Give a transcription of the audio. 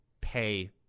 pay